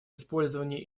использование